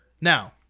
Now